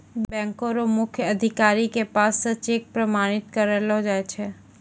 बैंको र मुख्य अधिकारी के पास स चेक प्रमाणित करैलो जाय छै